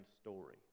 story